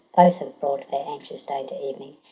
both have brought their anxious day to evening,